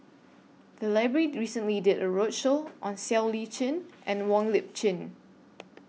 The Library recently did A roadshow on Siow Lee Chin and Wong Lip Chin